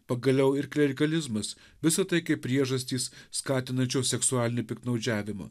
pagaliau ir klerikalizmas visa tai kaip priežastys skatinančios seksualinį piktnaudžiavimą